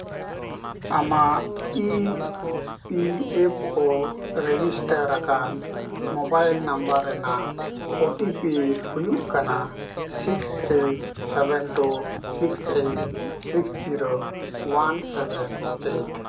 ᱟᱢᱟᱜ E P F O register ᱟᱠᱟᱱ mobile number ᱨᱮᱱᱟᱜ ᱳ ᱴᱤ ᱯᱤ ᱦᱩᱭᱩᱜ ᱠᱟᱱᱟ six three seven two six eight six zero one seven eight